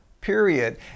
period